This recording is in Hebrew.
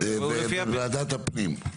ובוועדת הפנים.